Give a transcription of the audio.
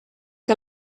que